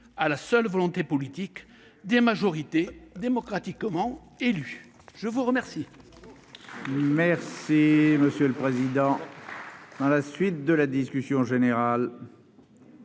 à la seule volonté politique des majorités démocratiquement élues ! Bravo ! La parole